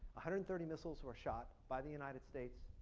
hundred-thirty missiles were shot by the united states,